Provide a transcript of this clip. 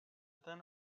then